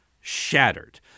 shattered